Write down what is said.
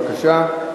בבקשה.